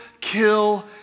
kill